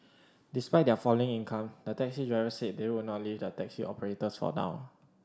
despite their falling income the taxi drivers said they would not leave the taxi operators for now